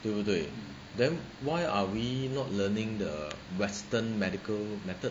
对不对 then why are we not learning the western medical method